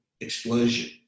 explosion